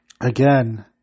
again